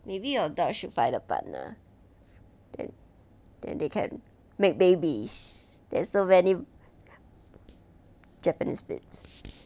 maybe your dog should find a partner then they can make babies then so many japanese spitz but who's willing to kill the baby